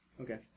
Okay